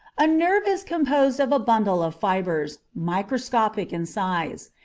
a nerve is composed of a bundle of fibres, microscopic in size.